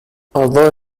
although